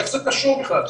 איך זה קשור בכלל?